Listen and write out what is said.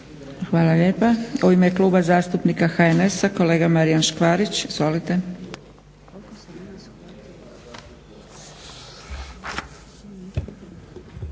Hvala lijepa. U ime Kluba zastupnika HNS-a kolega Marijan Škvarić. Izvolite.